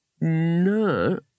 No